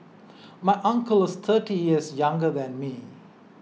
my uncle is thirty years younger than me